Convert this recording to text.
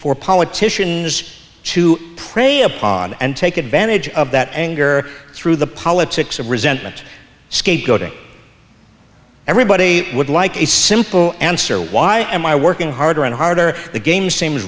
for politicians to prey upon and take advantage of that anger through the politics of resentment scapegoating everybody would like a simple answer why am i working harder and harder the game